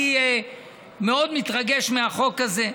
אני מאוד מתרגש מהחוק הזה.